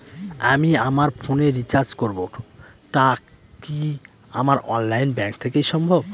আমি আমার ফোন এ রিচার্জ করব টা কি আমার অনলাইন ব্যাংক থেকেই সম্ভব?